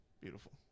beautiful